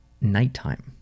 nighttime